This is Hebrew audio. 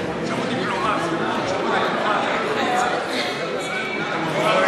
סיעות רע"ם-תע"ל-מד"ע חד"ש בל"ד להביע אי-אמון בממשלה לא נתקבלה.